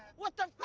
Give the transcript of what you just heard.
what the